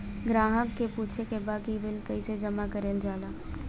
ग्राहक के पूछे के बा की बिल जमा कैसे कईल जाला?